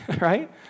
right